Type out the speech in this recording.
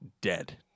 dead